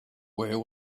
where